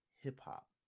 hip-hop